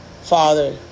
Father